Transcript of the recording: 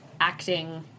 acting